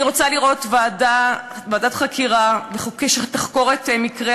אני רוצה לראות ועדת חקירה שתחקור את מקרי